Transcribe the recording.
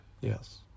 Yes